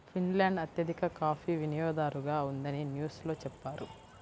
Finland అత్యధిక coffee వినియోగదారుగా ఉందని న్యూస్ లో చెప్పారు